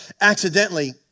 accidentally